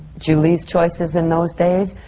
julie's choices in those days,